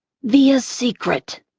via's secret